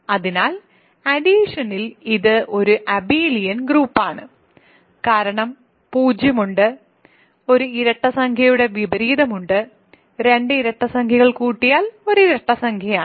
അതിനാൽ അഡിഷനിൽ ഇത് ഒരു അബിലിയൻ ഗ്രൂപ്പാണ് കാരണം 0 ഉണ്ട് ഒരു ഇരട്ട സംഖ്യയുടെ വിപരീതം ഉണ്ട് രണ്ട് ഇരട്ടസംഖ്യകൾ കൂട്ടിയാൽ ഒരു ഇരട്ടസംഖ്യയാണ്